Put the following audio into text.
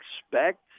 expect